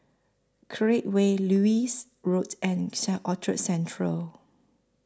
Create Way Lewis Road and Orchard Central